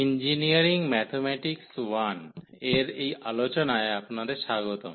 engineering mathematics - I Engineering Mathematics- I এর এই আলোচনায় আপনাদের স্বাগতম